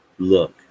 Look